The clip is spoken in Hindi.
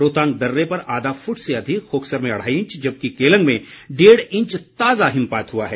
रोहतांग दर्रे पर आधा फुट से अधिक कोकसर में अढ़ाई इंच जबकि केलंग में डेढ़ इंच ताज़ा हिमपात हुआ है